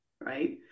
right